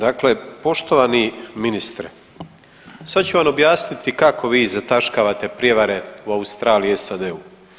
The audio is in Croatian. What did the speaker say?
Dakle, poštovani ministre sad ću vam objasniti kako vi zataškavate prijevare u Australiji i SAD-u.